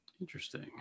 interesting